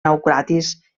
naucratis